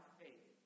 faith